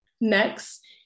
Next